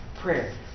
prayer